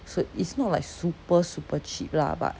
so it's not like super super cheap lah but